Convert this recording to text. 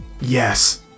Yes